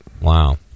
Wow